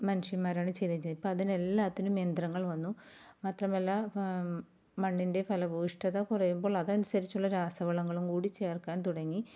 മനുഷ്യന്മാരാണ് ചെയ്തു വച്ചത് ഇപ്പോഴതിനെല്ലാത്തിനും യന്ത്രങ്ങൾ വന്നു മാത്രമല്ല മണ്ണിൻ്റെ ഫലഭൂയിഷ്ഠത കുറയുമ്പോൾ അതനുസരിച്ചുള്ള രാസവളങ്ങളും കൂടി ചേർക്കാൻ തുടങ്ങി